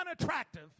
unattractive